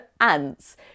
ants